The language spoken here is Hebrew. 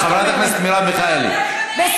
מירב, חברת הכנסת מרב מיכאלי, מירב בן ארי.